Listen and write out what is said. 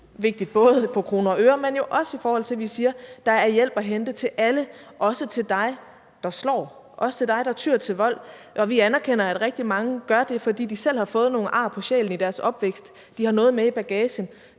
også vigtigt – både i kroner og øre, men jo også i forhold til at vi siger, at der er hjælp at hente til alle, også til dig, der slår, også til dig, der tyer til vold. Og vi anerkender, at rigtig mange gør det, fordi de selv har fået nogle ar på sjælen i deres opvækst; de har noget med i bagagen.